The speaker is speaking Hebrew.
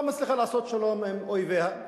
לא מצליחה לעשות שלום עם אויביה.